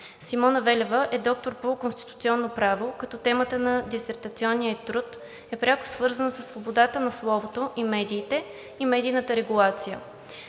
Симона Велева е доктор по Конституционно право, като темата на дисертационния ѝ труд е пряко свързана със свободата на словото и медиите и медийната регулация.